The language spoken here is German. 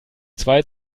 zwei